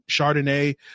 Chardonnay